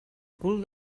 cul